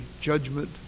judgment